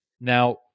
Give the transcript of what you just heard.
Now